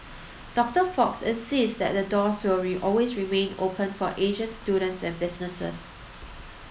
Doctor Fox insists that the doors will always remain open for Asian students and businesses